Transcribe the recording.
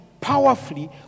powerfully